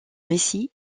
récit